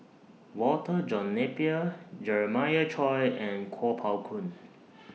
Walter John Napier Jeremiah Choy and Kuo Pao Kun